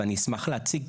ואני אשמח להציג,